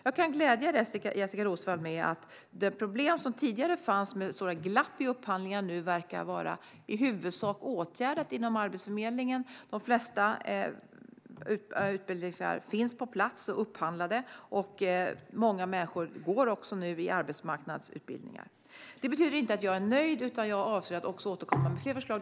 Jag kan glädja Jessika Roswall med att de problem som tidigare fanns med stora glapp i upphandlingarna nu i huvudsak verkar vara åtgärdade inom Arbetsförmedlingen. De flesta utbildningarna finns på plats och är upphandlade, och många människor går nu i arbetsmarknadsutbildningar. Detta betyder inte att jag är nöjd, utan jag avser att återkomma med fler förslag.